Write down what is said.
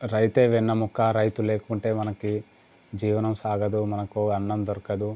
రైతే వెన్నెముక రైతు లేకుంటే మనకి జీవనం సాగదు మనకు అన్నం దొరకదు